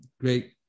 great